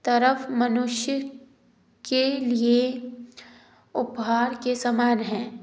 तरफ मनुष्य के लिए उपहार के समान है